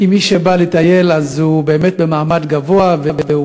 כי מי שבא לטייל הוא באמת במעמד גבוה והוא